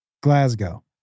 Glasgow